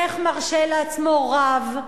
איך מרשה לעצמו רב,